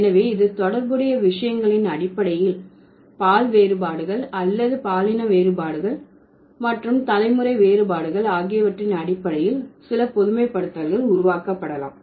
எனவே இது தொடர்புடைய விஷயங்களின் அடிப்படையில் பால் வேறுபாடுகள் அல்லது பாலின வேறுபாடுகள் மற்றும் தலைமுறை வேறுபாடுகள் ஆகியவற்றின் அடிப்படையில் சில பொதுமைப்படுத்தல்கள் உருவாக்கப்படலாம்